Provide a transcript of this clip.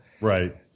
Right